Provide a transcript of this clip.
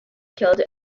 killed